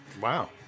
Wow